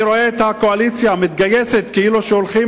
אני רואה את הקואליציה מתגייסת כאילו הולכים